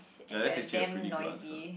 and they are damn noisy